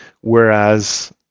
whereas